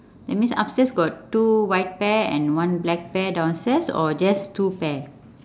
that means upstairs got two white pair and one black pair downstairs or just two pair